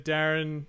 Darren